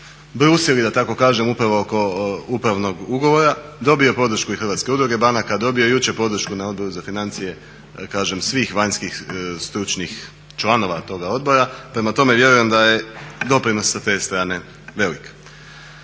brusili da tako kažem upravo oko upravnog ugovora. Dobio je i podršku Hrvatske udruge banka, dobio je jučer podršku na Odbor za financije, kažem svih vanjskih stručnih članova tog odbora. Prema tome, vjerujem da je doprinos sa te strane velik.